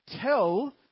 tell